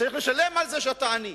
וצריך לשלם על זה שאתה עני.